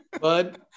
Bud